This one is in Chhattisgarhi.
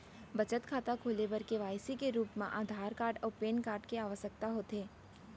बचत खाता खोले बर के.वाइ.सी के रूप मा आधार कार्ड अऊ पैन कार्ड के आवसकता होथे